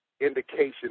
indication